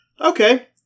Okay